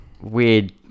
weird